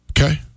Okay